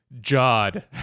Jod